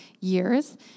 years